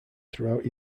throughout